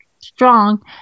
strong